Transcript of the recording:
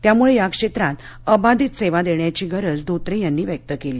त्यामुळे या क्षेत्रात अबाधित सेवा देण्याची गरज धोत्रे यांनी व्यक्त केली